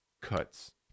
Cuts